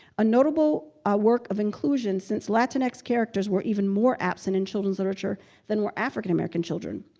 a notable work of inclusion since latinx characters were even more absent in children's literature than were african american children.